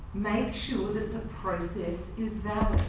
make sure that the process is